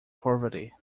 poverty